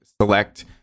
select